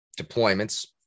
deployments